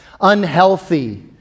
unhealthy